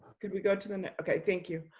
could we go to the next, okay, thank you.